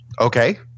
okay